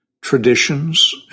traditions